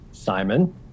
Simon